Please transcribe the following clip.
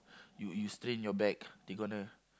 you you strain your back they gonna